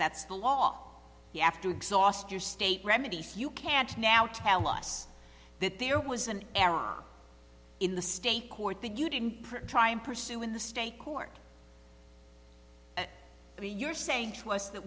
that's the law you have to exhaust your state remedies you can't now tell us that there was an error in the state court that you didn't print try and pursue in the state court but you're saying to us that